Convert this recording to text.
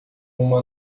uma